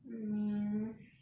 mm